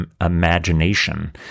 imagination